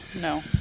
no